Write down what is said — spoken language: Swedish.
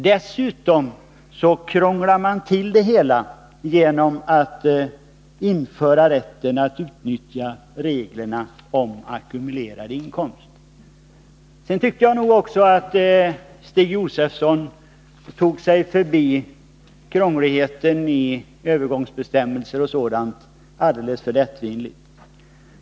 Dessutom krånglar man till det hela genom att införa rätten att utnyttja reglerna om ackumulerad inkomst. Sedan tycker jag nog också att Stig Josefson alldeles för lättvindigt tog sig förbi det som är krångligt i övergångsbestämmelser och sådant.